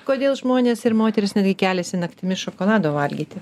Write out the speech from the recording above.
kodėl žmonės ir moterys netgi keliasi naktimis šokolado valgyti